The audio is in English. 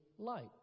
Light